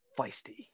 feisty